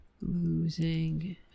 losing